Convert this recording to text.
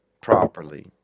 properly